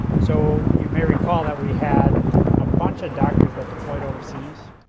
so, you may recall that we had a bunch of doctors that deployed overseas.